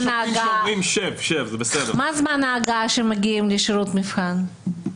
מה זמן ההגעה שמגיעים לשירות מבחן?